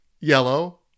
yellow